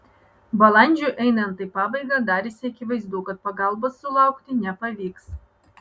balandžiui einant į pabaigą darėsi akivaizdu kad pagalbos sulaukti nepavyks